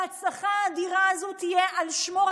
וההצלחה האדירה הזו תהיה על שמו,